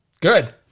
Good